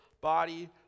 body